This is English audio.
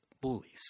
bullies